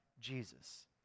Jesus